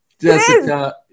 Jessica